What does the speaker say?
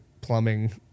plumbing